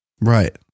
right